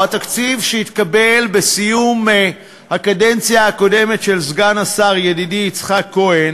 או התקציב שהתקבל בסיום הקדנציה הקודמת של סגן השר ידידי יצחק כהן,